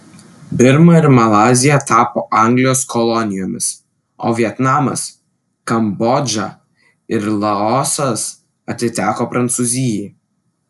birma ir malaizija tapo anglijos kolonijomis o vietnamas kambodža ir laosas atiteko prancūzijai